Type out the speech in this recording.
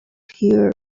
hear